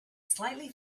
slightly